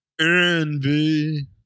Envy